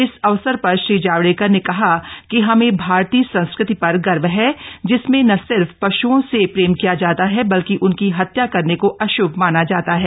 इस अवसर पर श्री जावडेकर ने कहा कि हमें भारतीय संस्कृति पर गर्व है जिसमें न सिर्फ पशुओं से प्रेम किया जाता है बल्कि उनकी हत्या करने को अश्भ माना जाता है